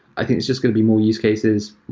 i think it's just going to be more use cases,